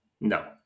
No